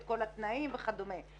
כל התנאים וכדומה.